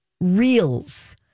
reels